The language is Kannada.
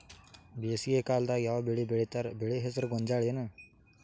ಬೇಸಿಗೆ ಕಾಲದಾಗ ಯಾವ್ ಬೆಳಿ ಬೆಳಿತಾರ, ಬೆಳಿ ಹೆಸರು ಗೋಂಜಾಳ ಏನ್?